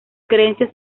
creencias